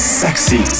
sexy